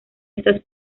estas